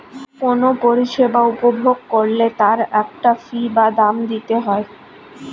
কোনো পরিষেবা উপভোগ করলে তার একটা ফী বা দাম দিতে হয়